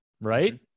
right